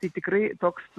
tai tikrai toks